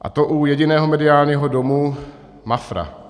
A to u jediného mediálního domu Mafra.